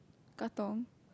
Katong